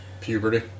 Puberty